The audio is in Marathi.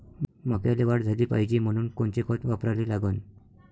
मक्याले वाढ झाली पाहिजे म्हनून कोनचे खतं वापराले लागन?